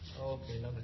Okay